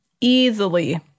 easily